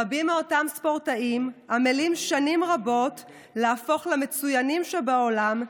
רבים מאותם ספורטאים עמלים שנים רבות להפוך למצוינים שבעולם,